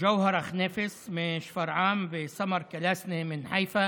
ג'והרה חניפס משפרעם וסמר כלאסנה מחיפה